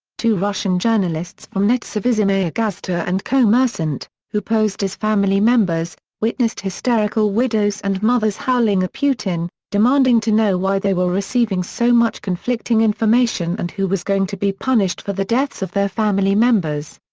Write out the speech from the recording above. two russian journalists from nezavisimaya gazeta and kommersant, who posed as family members, witnessed hysterical widows and mothers howling at putin, demanding to know why they were receiving so much conflicting information and who was going to be punished for the deaths of their family members.